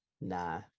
nah